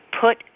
put